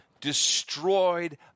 destroyed